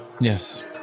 Yes